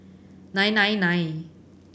nine nine nine